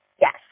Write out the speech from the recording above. Yes